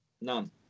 none